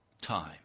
time